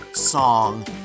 song